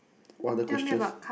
what other questions